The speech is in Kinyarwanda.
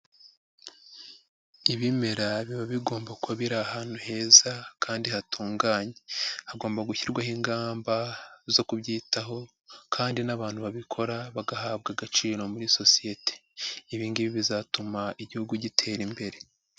Ibimera biba bigomba kuba biri ahantu heza kandi hatunganye. Hagomba gushyirwaho ingamba zo kubyitaho kandi n'abantu babikora bagahabwa agaciro muri sosiyete. Ibi ngibi bizatuma igihugu gitera imbere.